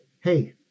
hey